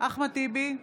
אחמד טיבי,